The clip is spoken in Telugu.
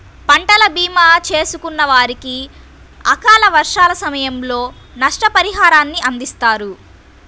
పంటల భీమా చేసుకున్న వారికి అకాల వర్షాల సమయంలో నష్టపరిహారాన్ని అందిస్తారు